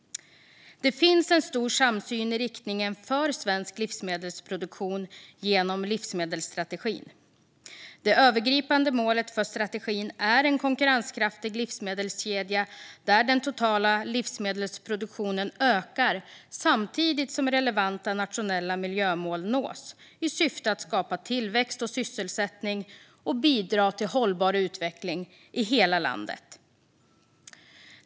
Det finns en stor samsyn om riktningen för en svensk livsmedelsproduktion genom livsmedelsstrategin. Det övergripande målet för strategin är en konkurrenskraftig livsmedelskedja där den totala livsmedelsproduktionen ökar samtidigt som relevanta nationella miljömål nås i syfte att skapa tillväxt och sysselsättning och bidra till hållbar utveckling i hela landet.